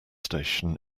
station